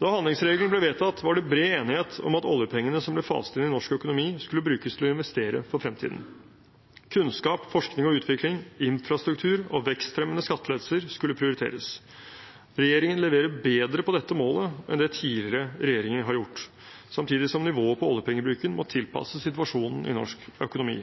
Da handlingsregelen ble vedtatt, var det bred enighet om at oljepengene som ble faset inn i norsk økonomi, skulle brukes til å investere for fremtiden. Kunnskap, forskning og utvikling, infrastruktur og vekstfremmende skattelettelser skulle prioriteres. Regjeringen leverer bedre på dette målet enn det tidligere regjeringer har gjort, samtidig som nivået på oljepengebruken må tilpasses situasjonen i norsk økonomi.